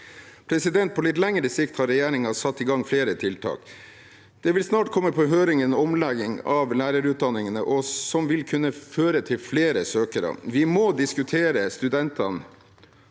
På litt lengre sikt har regjeringen satt i gang flere tiltak. Det vil snart komme på høring en omlegging av lærerutdanningene, noe som vil kunne føre til flere søkere. Vi må diskutere om studentene